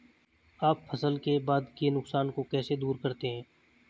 आप फसल के बाद के नुकसान को कैसे दूर करते हैं?